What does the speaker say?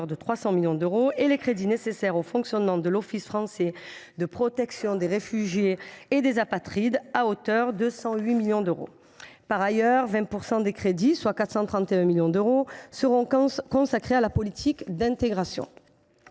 de 300 millions d’euros, et les crédits nécessaires au fonctionnement de l’Office français de protection des réfugiés et apatrides, à hauteur de 108 millions d’euros. Par ailleurs, 20 % des crédits, soit 431 millions d’euros, seront consacrés à la politique d’intégration.